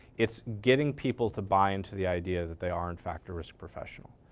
it's getting people to buy into the idea that they are in fact a risk professional.